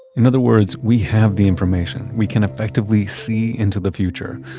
in other words, we have the information. we can effectively see into the future.